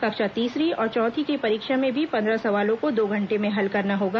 कक्षा तीसरी और चौथी की परीक्षा में भी पंद्रह सवालों को दो घंटे में हल करना होगा